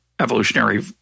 evolutionary